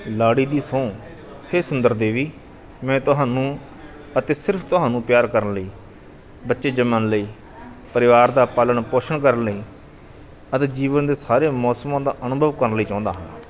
ਲਾੜੀ ਦੀ ਸਹੁੰ ਹੇ ਸੁੰਦਰ ਦੇਵੀ ਮੈਂ ਤੁਹਾਨੂੰ ਅਤੇ ਸਿਰਫ਼ ਤੁਹਾਨੂੰ ਪਿਆਰ ਕਰਨ ਲਈ ਬੱਚੇ ਜੰਮਣ ਲਈ ਪਰਿਵਾਰ ਦਾ ਪਾਲਣ ਪੋਸ਼ਣ ਕਰਨ ਲਈ ਅਤੇ ਜੀਵਨ ਦੇ ਸਾਰੇ ਮੌਸਮਾਂ ਦਾ ਅਨੁਭਵ ਕਰਨ ਲਈ ਚਾਹੁੰਦਾ ਹਾਂ